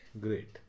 Great